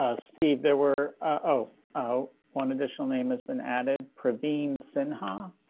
ah steve, there were oh oh one additional name has been added praveen sin. ha.